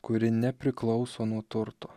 kuri nepriklauso nuo turto